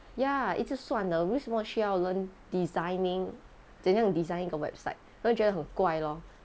ya 一直算的为什么需要 learn designing 怎样 design the website 我就觉得很怪咯